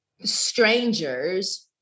strangers